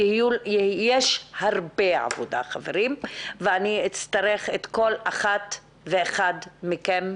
יש הרבה עבודה ואני אצטרך את כל אחד ואחת מכם.